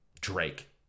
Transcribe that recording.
Drake